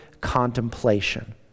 contemplation